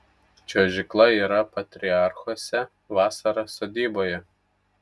čiuožykla yra patriarchuose vasara sodyboje